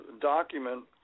document